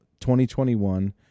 2021